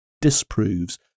disproves